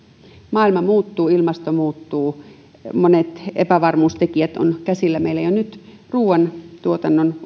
maailma muuttuu ilmasto muuttuu monet epävarmuustekijät ovat käsillä meillä jo nyt ruuantuotannon